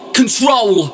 control